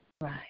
Right